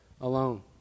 alone